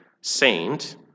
saint